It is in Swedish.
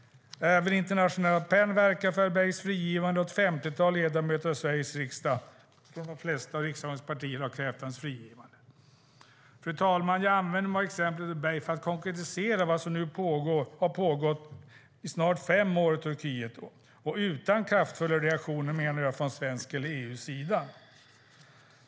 Även internationella PEN verkar för Erbeys frigivande. Ett femtiotal ledamöter av Sveriges riksdag, från de flesta av riksdagens partier, har också krävt hans frigivande. Fru talman! Jag använder mig av exemplet Erbey för att konkretisera vad som nu har pågått i snart fem år i Turkiet - utan kraftfulla reaktioner från svensk eller EU:s sida.